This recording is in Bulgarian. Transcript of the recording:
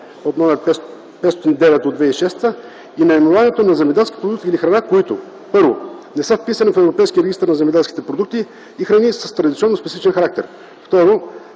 /ЕО/ № 509/2006 - и наименованието на земеделски продукт или храна, които: 1. не са вписани в Европейския регистър на земеделските продукти и храни с традиционно специфичен характер;